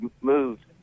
moved